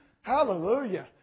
Hallelujah